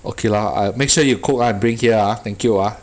okay lah ah make sure you cook ah bring here ah thank you ah